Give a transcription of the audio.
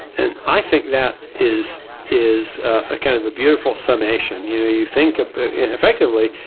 and i think that is is ah kind of a beautiful summation. you know you think effectively,